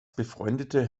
befreundete